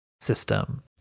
system